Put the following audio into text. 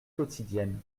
quotidienne